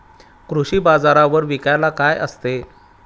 कृषी बाजारावर विकायला काय काय असते?